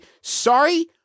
Sorry